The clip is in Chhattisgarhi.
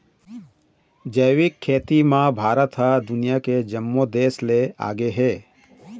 जैविक खेती म भारत ह दुनिया के जम्मो देस ले आगे हे